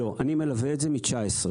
לא, אני מלווה את זה מ-2019.